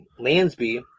Lansby